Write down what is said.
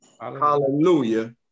Hallelujah